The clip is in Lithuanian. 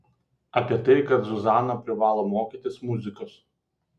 apie tai kad zuzana privalo mokytis muzikos